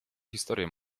historię